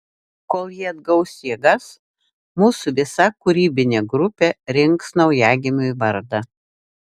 kol ji atgaus jėgas mūsų visa kūrybinė grupė rinks naujagimiui vardą